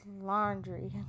laundry